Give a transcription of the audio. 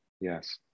Yes